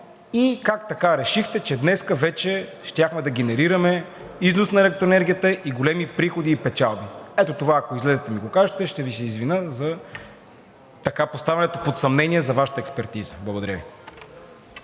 и как така решихте, че днес вече щяхме да генерираме износ на електроенергията и големи приходи и печалби? Ето това, ако излезете да ми кажете, ще Ви се извиня за така поставената под съмнение Ваша експертиза. Благодаря Ви.